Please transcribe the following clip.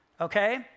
okay